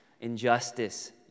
injustice